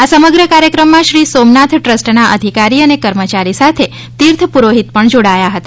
આ સમગ્ર કાર્યક્રમમાં શ્રી સોમનાથ ટ્રસ્ટના અધિકારી અને કર્મચારી સાથે તીર્થ પ્રરોહિત પણ જોડાયા હતા